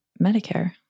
Medicare